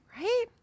Right